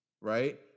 right